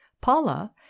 Paula